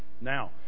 Now